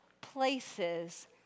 places